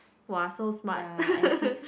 !wah! so smart